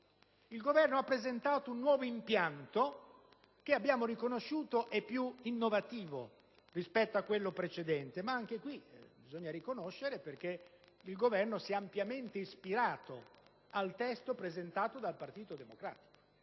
Il Governo ha presentato un nuovo impianto, che abbiamo riconosciuto essere più innovativo rispetto a quello precedente, anche perché in questo caso il Governo si è ampiamente ispirato al testo presentato dal Partito Democratico.